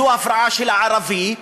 זו הפרעה של הערבי,